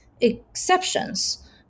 exceptions